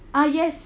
ah yes I know